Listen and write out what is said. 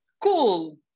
cool